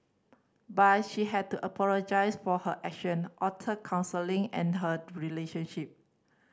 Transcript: but she had to apologise for her action alter counselling and her relationship